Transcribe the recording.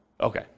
Okay